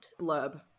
blurb